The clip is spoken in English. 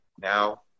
Now